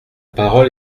parole